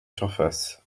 surfaces